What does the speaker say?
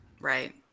Right